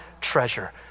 treasure